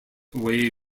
away